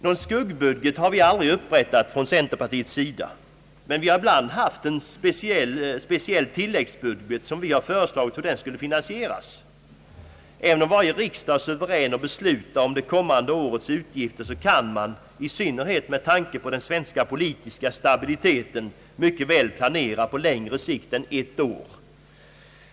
Någon skuggbudget har vi aldrig upprättat från centerpartiets sida, men vi har ibland haft en speciell tilläggsbudget och då har vi föreslagit hur den skulle finansieras. Även om varje riksdag är suverän att besluta om det kommande årets utgifter så kan man, i synnerhet med tanke på den svenska politiska stabiliteten, mycket väl planera på längre sikt än ett år.